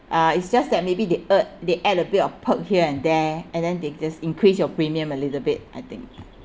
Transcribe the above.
uh it's just that maybe they uh they add a bit of perk here and there and then they just increase your premium a little bit I think